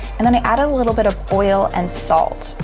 and then i add a little bit of oil and salt,